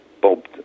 bob